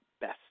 best